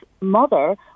mother